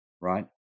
right